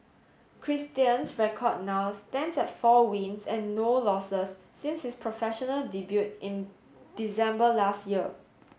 Christian's record now stands at four wins and no losses since his professional debut in December last year